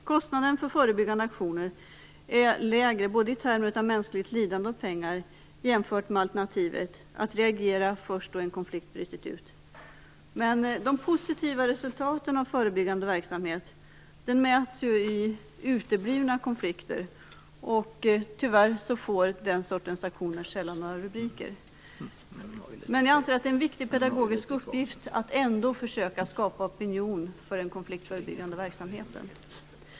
Kostnaderna för förebyggande aktioner är lägre, både i termer av mänskligt lidande och i pengar, jämfört med alternativet att reagera först då en konflikt brutit ut. Men de positiva resultaten av förebyggande verksamhet mäts i uteblivna konflikter. Tyvärr får den sortens aktioner sällan några rubriker. Men jag anser att det är en viktigt pedagogisk uppgift att ändå försöka skapa opinion för den konfliktförebyggande verksamheten.